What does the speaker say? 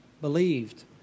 believed